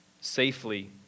safely